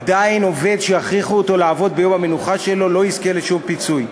עדיין עובד שיכריחו אותו לעבוד ביום המנוחה שלו לא יזכה לשום פיצוי.